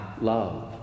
love